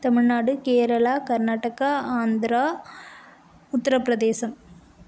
Tamil Nadu Kerala Karnataka Andhra Uttar Pradesh